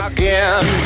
Again